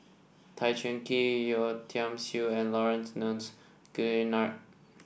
Tan Cheng Kee Yeo Tiam Siew and Laurence Nunns Guillemard